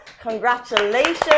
Congratulations